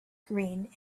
green